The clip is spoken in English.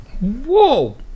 Whoa